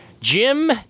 Jim